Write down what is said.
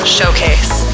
Showcase